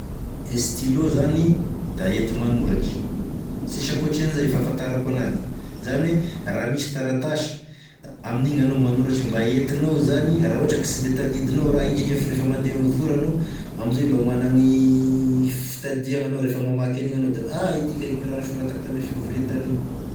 E stylo zany da enti-manoratry, sisy akotrin'izay e fahafantarako anazy, zany oe raha misy taratasy da amin'igny anao manoratry mba entinao zany raha ohatry ka sy de tadidinao i raha indrindra fa refa mandeha mivory anao amizay mba managny fitadidiagna anao refa mamaky an'igny anao da ah itiky kay raha nisoratako tame fivoria tary igny.